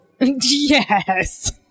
yes